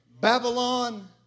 Babylon